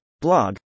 Blog